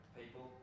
people